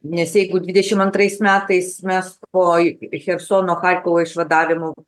nes jeigu dvidešim antrais metais mes po chersono charkovo išvadavimo